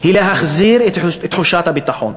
היא להחזיר את תחושת הביטחון,